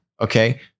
okay